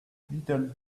little